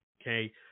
Okay